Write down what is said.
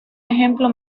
ejemplo